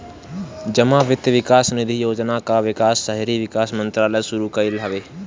जमा वित्त विकास निधि योजना कअ विकास शहरी विकास मंत्रालय शुरू कईले हवे